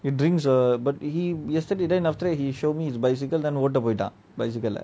you drinks are but he yesterday then after that he showed me his bicycle ஓட்ட போய்ட்டான்:oota poitan bicycle ah